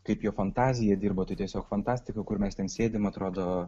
kaip jo fantazija dirbo tai tiesiog fantastika kur mes sėdim atrodo